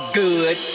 good